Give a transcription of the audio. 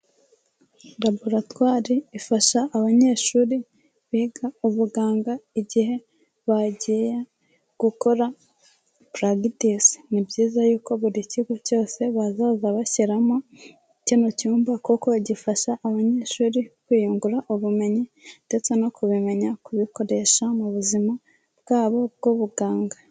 Laboratwari ifasha abanyeshuri biga ubuganga igihe bagiye gukora puragitise, ni byiza yuko buri kigo cyose bazaza bashyiramo kino cyumba kuko gifasha abanyeshuri kwiyungura ubumenyi ndetse no kubimenya kubikoresha mu buzima bwabo b'ubuganga.